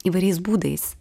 įvairiais būdais